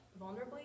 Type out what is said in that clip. vulnerably